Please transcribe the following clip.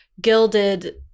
gilded